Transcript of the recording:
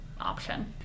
option